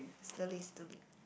slowly slowly